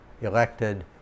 elected